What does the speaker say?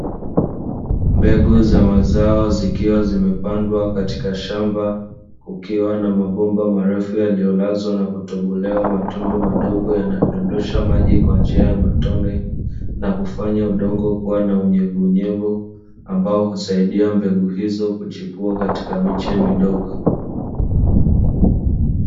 Mbegu za mazao zikiwa zimepandwa katika shamba, kukiwa na mabomba marefu yaliyolazwa na kutobolewa matundu madogo yanayodondosha maji kwa njia ya matone na kufanya udongo kuwa na unyevuunyevu, ambao husaidia mbegu hizo kuchipua katika miche midogo.